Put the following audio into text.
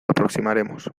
aproximaremos